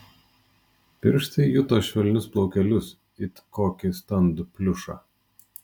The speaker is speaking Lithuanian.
pirštai juto švelnius plaukelius it kokį standų pliušą